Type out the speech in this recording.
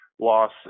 Loss